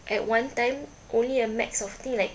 at one time only a max of I think like